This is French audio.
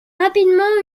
rapidement